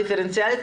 בצורה דיפרנציאלית,